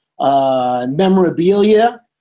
memorabilia